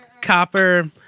copper